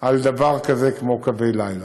על דבר כזה כמו קווי לילה.